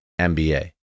MBA